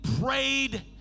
prayed